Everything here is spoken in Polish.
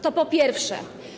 To po pierwsze.